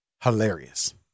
hilarious